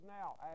now